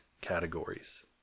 categories